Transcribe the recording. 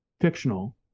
fictional